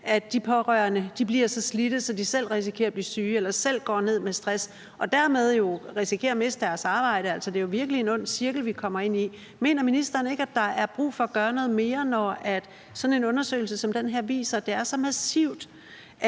at de pårørende bliver så slidte, så de selv risikerer at blive syge eller selv går ned med stress og dermed jo risikerer at miste deres arbejde. Det er jo virkelig en ond cirkel, vi kommer ind i. Mener ministeren ikke, at der er brug for at gøre noget mere, når sådan en undersøgelse som den her viser, at det er så massivt,